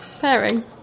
pairing